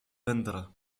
vendra